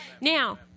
Now